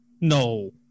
No